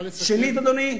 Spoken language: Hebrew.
שנית, אדוני,